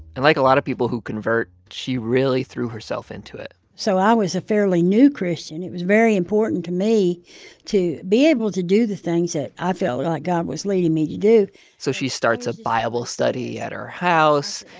and like a lot of people who convert, she really threw herself into it so i was a fairly new christian. it was very important important to me to be able to do the things that i felt like god was leading me to do so she starts a bible study at her house.